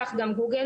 כך גם גוגל.